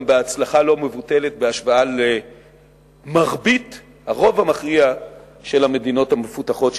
גם בהצלחה לא מבוטלת בהשוואה לרוב המכריע של המדינות המפותחות,